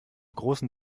großen